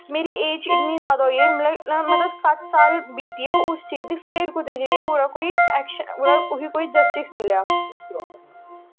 मेरी एज इन्नी जादा होई गेई मतलब सत्त साल बीती गे उस चीज गी फिर जाइयै उस्सी कोई जस्टिस मिलेआ